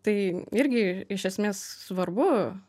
tai irgi iš esmės svarbu